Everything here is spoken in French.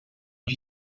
lui